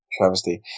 Travesty